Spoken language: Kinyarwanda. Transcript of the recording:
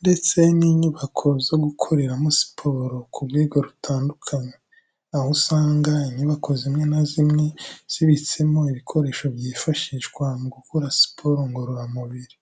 ndetse n'inyubako zo gukoreramo siporo ku rwego rutandukanye, aho usanga inyubako zimwe na zimwe zibitsemo ibikoresho byifashishwa mu gukora siporo ngororamubiri.